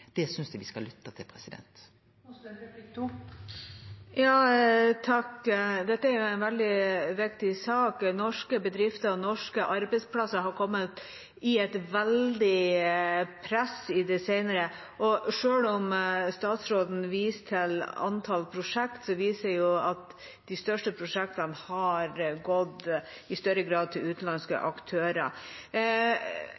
Det synest eg me skal lytte til. Dette er jo en veldig viktig sak. Norske bedrifter og norske arbeidsplasser har kommet i et veldig press i det senere, og selv om statsråden viser til antall prosjekter, viser det seg at de største prosjektene har gått – i større grad – til utenlandske